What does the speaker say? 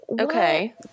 okay